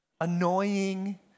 annoying